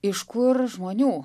iš kur žmonių